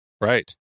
Right